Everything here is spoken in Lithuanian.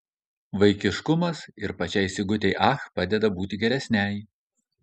vaikiškumas ir pačiai sigutei ach padeda būti geresnei